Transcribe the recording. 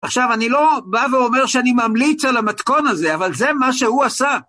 עכשיו אני לא בא ואומר שאני ממליץ על המתכון הזה, אבל זה מה שהוא עשה.